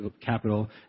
capital